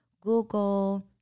Google